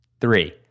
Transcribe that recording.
Three